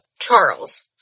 Charles